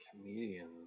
Comedians